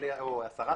סליחה,